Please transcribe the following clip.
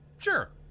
Sure